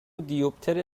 دیوپتر